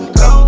go